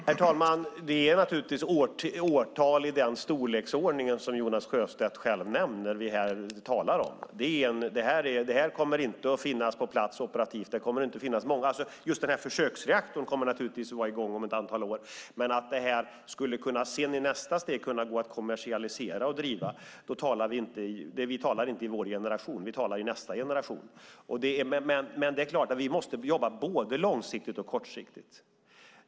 Herr talman! Vi talar naturligtvis om årtal på så pass lång sikt som Jonas Sjöstedt själv nämner. Detta kommer inte att finnas på plats operativt förrän då. Just denna försöksreaktor kommer naturligtvis att vara i gång om ett antal år. Men att detta sedan i nästa steg skulle kunna gå att kommersialisera och driva, då talar vi inte om att det kan ske i vår generation utan i nästa generation. Men vi måste jobba både långsiktigt och kortsiktigt.